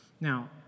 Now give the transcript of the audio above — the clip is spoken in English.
Now